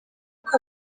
uko